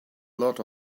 lot